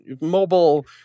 mobile